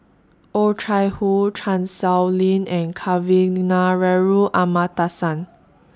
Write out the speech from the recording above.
Oh Chai Hoo Chan Sow Lin and Kavignareru Amallathasan